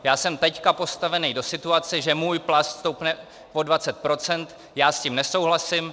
Já jsem teď postavenej do situace, že můj plat stoupne o 20 %, já s tím nesouhlasím.